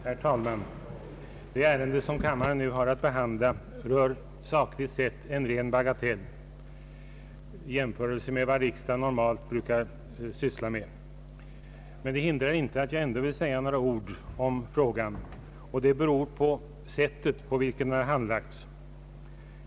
Herr talman! Det ärende som kammaren nu har att behandla rör sakligt sett en bagatell i jämförelse med vad riksdagen normalt brukar syssla med. Det hindrar inte att jag ändå vill säga några ord i frågan. Det beror på sättet på vilket den handlagts.